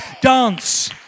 Dance